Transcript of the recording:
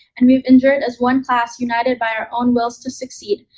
and we've endured as one class united by our own wills to succeed,